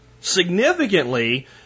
significantly